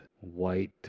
white